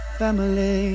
family